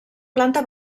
planta